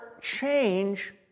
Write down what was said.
change